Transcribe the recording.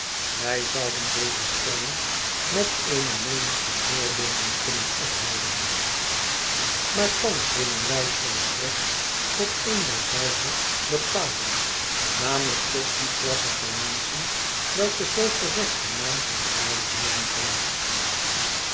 wij zoudendeze stelling met eene menigte voorbeelden kunnen ophelderen maar thans willen wij ons slechts tot een derzelve bepalen namelijk tot die klasse van menschen welke zoo te recht den naam van kale heeren draagt